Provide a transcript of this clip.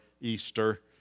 Easter